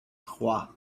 trois